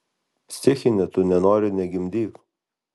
psichine tu nenori negimdyk